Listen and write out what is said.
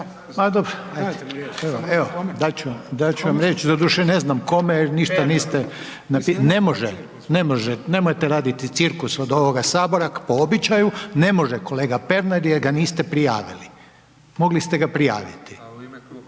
Evo, dat ću vam riječ, doduše ne znam kome jer ništa niste, ne može, nemojte raditi cirkus od ovoga sabora po običaju, ne može kolega Pernar jer ga niste prijavili, mogli ste ga prijaviti.